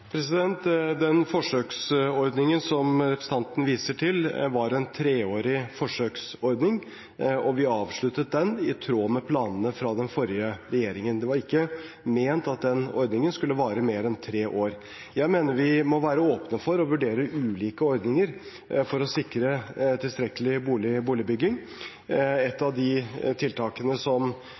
Den forsøksordningen som representanten viser til, var en treårig forsøksordning, og vi avsluttet den, i tråd med planene til den forrige regjeringen. Det var ikke ment at den ordningen skulle vare mer enn tre år. Jeg mener vi må være åpne for å vurdere ulike ordninger for å sikre tilstrekkelig boligbygging. Et av de ønskene om tiltak som